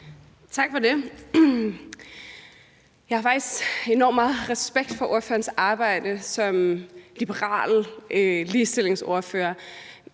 Tak for det. Jeg har faktisk enormt meget respekt for ordførerens arbejde som liberal ligestillingsordfører,